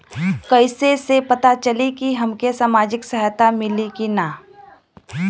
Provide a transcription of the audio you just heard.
कइसे से पता चली की हमके सामाजिक सहायता मिली की ना?